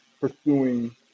pursuing